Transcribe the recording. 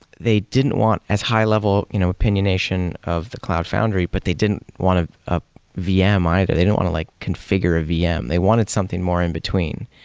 they didn't want as high-level you know opinionation of the cloud foundry, but they didn't want a vm either. they don't want to like configure a vm. they wanted something more in between,